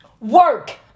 Work